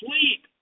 sleep